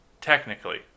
technically